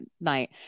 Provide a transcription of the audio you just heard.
night